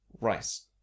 rice